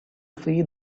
see